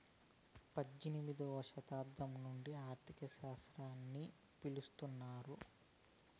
పంతొమ్మిదవ శతాబ్దం నుండి ఆర్థిక శాస్త్రం అని పిలుత్తున్నారు